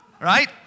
right